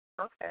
Okay